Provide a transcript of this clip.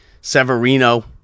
Severino